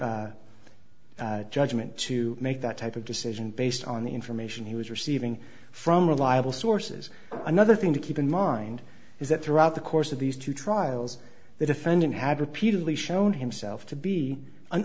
judge judgment to make that type of decision based on the information he was receiving from reliable sources another thing to keep in mind is that throughout the course of these two trials the defendant had repeatedly shown himself to be an